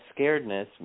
scaredness